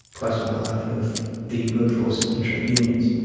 close to a half of the workforce in trade unions,